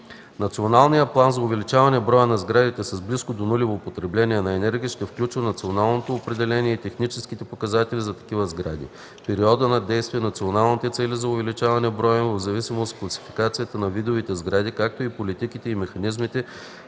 Националният план за увеличаване броя на сградите с близко до нулево потребление на енергия ще включва националното определение и техническите показатели за такива сгради, периода на действие, националните цели за увеличаване броя им в зависимост от класификацията на видовете сгради, както и политиките и механизмите,